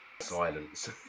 Silence